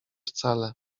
wcale